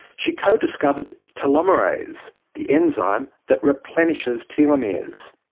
she co-discovered telomerase, the enzyme that replenishes telomeres.